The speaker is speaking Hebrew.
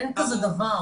אין כזה דבר.